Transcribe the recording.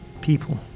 people